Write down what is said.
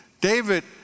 David